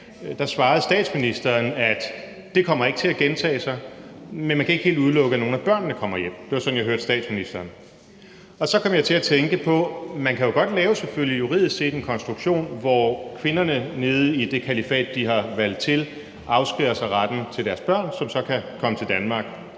svarede statsministeren, at det ikke kommer til at gentage sig, men at man ikke helt kan udelukke, at nogle af børnene kommer hjem. Det var sådan, jeg hørte statsministeren. Så kom jeg til at tænke på, at man jo selvfølgelig godt juridisk set kan lave en konstruktion, hvor kvinderne nede i det kalifat, de har valgt til, afskærer sig retten til deres børn, som så kan komme til Danmark.